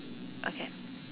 okay